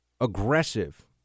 aggressive